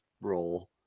role